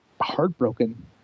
heartbroken